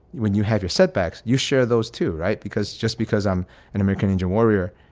when you have your setbacks, you share those, too. right. because just because i'm an american ninja warrior,